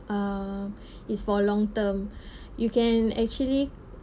um is for long term you can actually